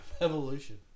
evolution